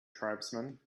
tribesman